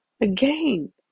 again